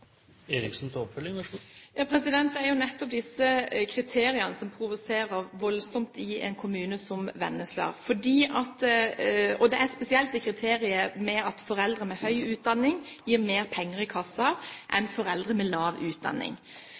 Det er nettopp disse kriteriene som provoserer voldsomt i en kommune som Vennesla, spesielt det kriteriet at foreldre med høy utdanning gir mer penger i kassen enn foreldre med lav utdanning.